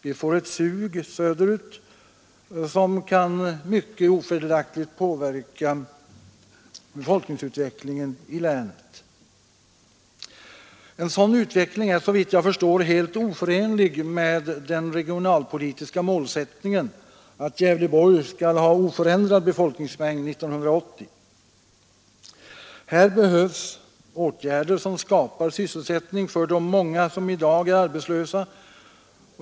Vi får ett sug söderut, som mycket ofördelaktigt kan påverka befolkningsutvecklingen i länet. En sådan utveckling är, såvitt jag förstår, helt oförenlig med den regionalpolitiska målsättningen att Gävleborgs län skall ha oförändrad befolkningsmängd 1980. Här behövs åtgärder som skapar sysselsättning för de många som i dag är arbetslösa.